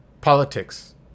politics